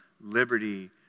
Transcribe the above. liberty